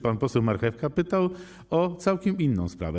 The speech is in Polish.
Pan poseł Marchewka pytał o całkiem inną sprawę.